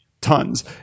tons